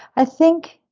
i think